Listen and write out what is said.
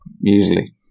usually